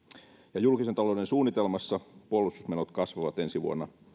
julkisen talouden suunnitelmassa puolustusmenot kasvavat ensi